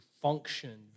function